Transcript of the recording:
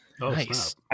nice